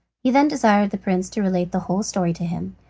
he then desired the prince to relate the whole story to him.